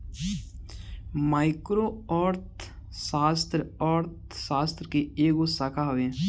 micro अर्थशास्त्र, अर्थशास्त्र के एगो शाखा हवे